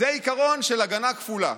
זה עיקרון של הגנה כפולה.